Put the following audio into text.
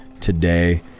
today